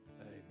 Amen